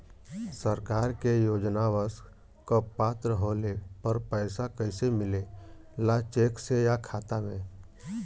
सरकार के योजनावन क पात्र होले पर पैसा कइसे मिले ला चेक से या खाता मे?